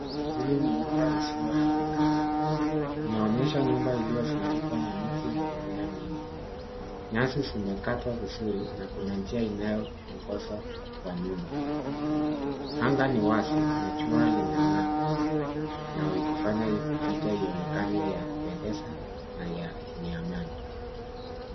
Hili ni nyumba isiyohamika. Inaonyesha nyumba iliyozungukwa na miti na mimea mingi. Nyasi zimekatwa vizuri na kuna njia inayoongoza kwa nyumba. Anga ni wazi na jua linang'aa na kufanya picha hii ionekane ya kupendeza na yenye amani.